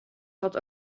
zat